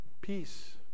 Peace